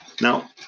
Now